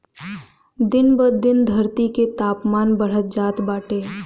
दिन ब दिन धरती के तापमान बढ़त जात बाटे